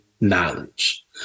knowledge